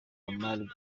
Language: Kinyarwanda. omar